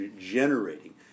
generating